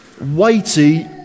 weighty